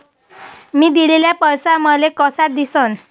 मी दिलेला पैसा मले कसा दिसन?